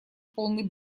полный